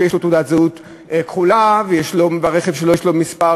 שיש לו תעודת זהות כחולה ושלרכב שלו מספר